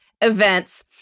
events